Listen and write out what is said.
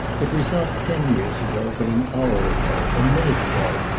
it was not ten years ago, but an hour ago, a minute ago,